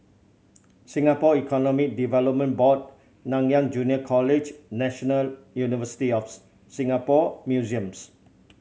Singapore Economic Development Board Nanyang Junior College National University of Singapore Museums